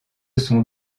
sont